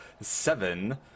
seven